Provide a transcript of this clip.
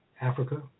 Africa